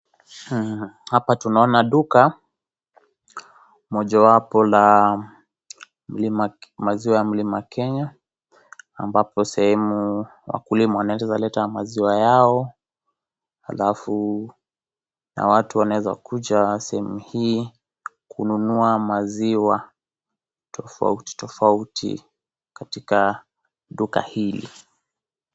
Hapa tunaona duka, mojawapo la mlima maziwa ya mlima Kenya ambapo sehemu wakulima wanaweza leta maziwa yao, alafu na watu wanaeza kuja sehemu hii kununua maziwa tofautitofauti katika duka hili.